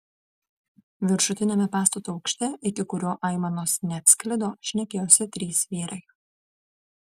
viršutiniame pastato aukšte iki kurio aimanos neatsklido šnekėjosi trys vyrai